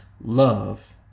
Love